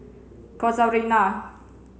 Casuarina